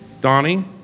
Donnie